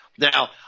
Now